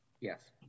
Yes